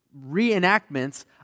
reenactments